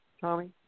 Tommy